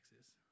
axis